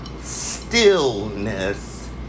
stillness